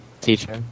Teacher